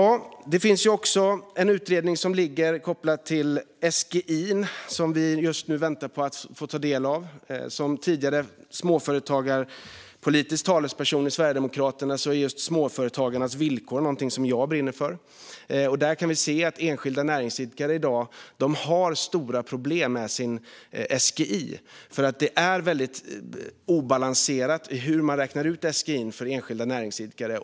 Det finns en pågående utredning gällande SGI:n som vi just nu väntar på att få ta del av. Småföretagarnas villkor är någonting som jag brinner för som tidigare småföretagarpolitisk talesperson för Sverigedemokraterna. Enskilda näringsidkare har i dag stora problem med sin SGI. Det är väldigt obalanserat hur man räknar ut SGI:n för enskilda näringsidkare.